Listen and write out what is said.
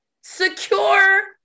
Secure